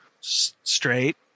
Straight